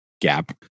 gap